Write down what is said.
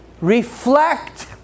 reflect